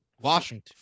Washington